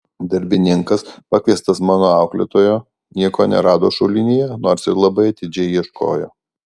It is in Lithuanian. darbininkas pakviestas mano auklėtojo nieko nerado šulinyje nors ir labai atidžiai ieškojo